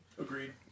Agreed